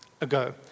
ago